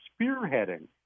spearheading